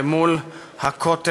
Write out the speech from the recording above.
אל מול הכותל,